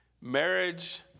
Marriage